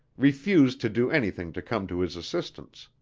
refused to do anything to come to his assistance.